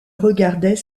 regardait